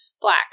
Black